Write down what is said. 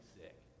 sick